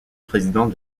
président